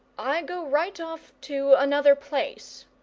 i go right off to another place!